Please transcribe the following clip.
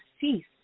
ceased